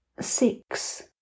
Six